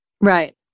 Right